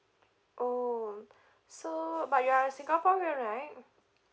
oh so but you are singaporean right